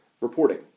reporting